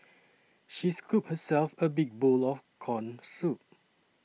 she scooped herself a big bowl of Corn Soup